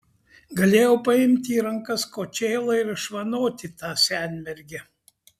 galėjau paimti į rankas kočėlą ir išvanoti tą senmergę